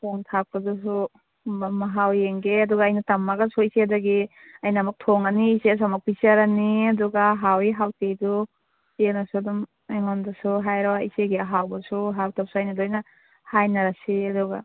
ꯊꯣꯡ ꯊꯥꯛꯄꯗꯨꯁꯨ ꯃꯍꯥꯎ ꯌꯦꯡꯒꯦ ꯑꯗꯨꯒ ꯑꯩꯅ ꯇꯝꯃꯒꯁꯨ ꯏꯆꯦꯗꯒꯤ ꯑꯩꯅ ꯑꯃꯨꯛ ꯊꯣꯡꯉꯅꯤ ꯏꯆꯦꯁꯨ ꯑꯃꯨꯛ ꯄꯤꯖꯔꯅꯤ ꯑꯗꯨꯒ ꯍꯥꯎꯋꯤ ꯍꯥꯎꯇꯦꯗꯣ ꯏꯆꯦꯅꯁꯨ ꯑꯗꯨꯝ ꯑꯩꯉꯣꯟꯗꯁꯨ ꯍꯥꯏꯔꯣ ꯏꯆꯦꯒꯤ ꯍꯥꯎꯕꯁꯨ ꯍꯥꯎꯇꯕꯁꯨ ꯑꯩꯅ ꯂꯣꯏꯅ ꯍꯥꯏꯅꯔꯁꯤ ꯑꯗꯨꯒ